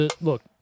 Look